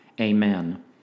Amen